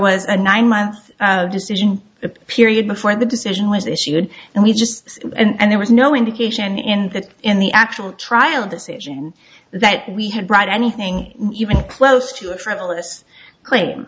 was a nine month decision a period before the decision was issued and we just and there was no indication in that in the actual trial decision that we had brought anything even close to a frivolous claim